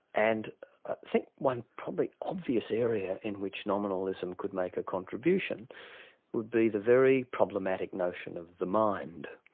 and i think one probably obvious area in which nominalism could make a contribution would be the very problematic notion of the mind.